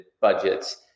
budgets